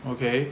okay